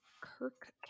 Kirk